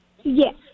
yes